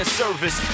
service